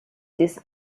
this